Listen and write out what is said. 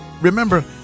Remember